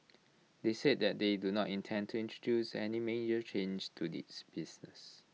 they said that they do not intend to introduce any major changes to its business